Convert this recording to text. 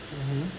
mmhmm